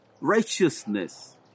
righteousness